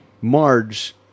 Marge